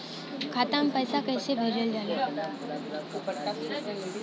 खाता में पैसा कैसे भेजल जाला?